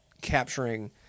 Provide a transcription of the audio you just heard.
capturing